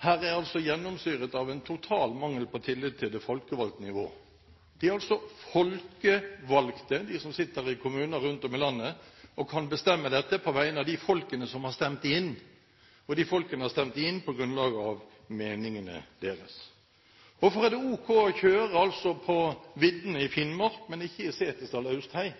Her er det gjennomsyret av en total mangel på tillit til det folkevalgte nivå. De som sitter i kommunene rundt om i landet, er folkevalgte og kan bestemme dette på vegne av de folkene som har stemt dem inn, og de folkene har stemt dem inn på grunnlag av meningene deres. Hvorfor er det ok å kjøre på viddene i Finnmark, men ikke i Setesdal Austhei?